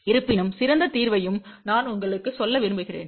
இருப்பினும் சிறந்த தீர்வையும் நான் உங்களுக்கு சொல்ல விரும்புகிறேன்